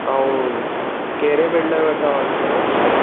ऐं कहिड़े बिल्डर वटि तव्हां वरितो हुयव फ़्लेट